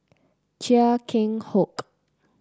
Chia Keng Hock